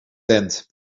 tent